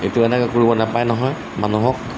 এইটো এনেকৈ কৰিব নাপায় নহয় মানুহক